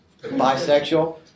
bisexual